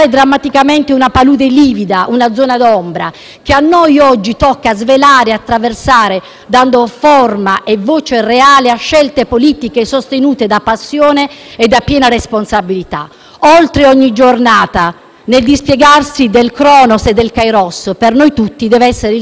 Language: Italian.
che a noi oggi tocca svelare e attraversare, dando forma e voce reale a scelte politiche sostenute da passione e da piena responsabilità. Oltre ogni giornata, nel dispiegarsi del *krónos* e del *kairós*, il tempo per noi tutti deve essere quello pieno del rispetto.